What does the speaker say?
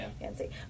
Fancy